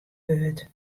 wurd